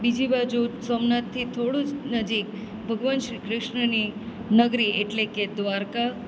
બીજી બાજુ સોમનાથથી થોડું જ નજીક ભગવાન શ્રીકૃષ્ણની નગરી એટલે કે દ્વારકા